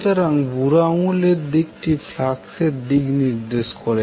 সুতরাং বুড়ো আঙ্গুলের দিকটি ফ্লাক্স এর দিকে নির্দেশ করে